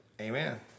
amen